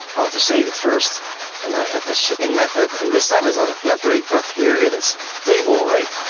i want to save it first and i add a shipping method, and this time as on the flat rate but here it is a table rate.